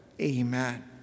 Amen